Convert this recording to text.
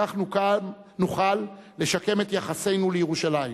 כך נוכל לשקם את יחסנו לירושלים.